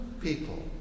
people